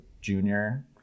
junior